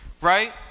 right